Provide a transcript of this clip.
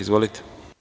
Izvolite.